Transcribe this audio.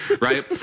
right